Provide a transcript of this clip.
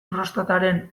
prostataren